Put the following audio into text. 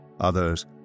Others